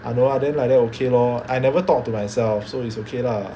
I know then like that okay lor I never talk to myself so it's okay lah